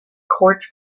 quartz